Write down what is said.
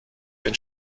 den